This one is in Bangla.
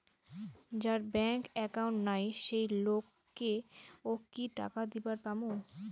যার ব্যাংক একাউন্ট নাই সেই লোক কে ও কি টাকা দিবার পামু?